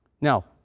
Now